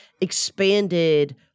expanded